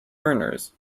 burners